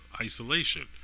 isolation